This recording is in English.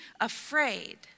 afraid